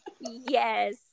Yes